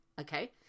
okay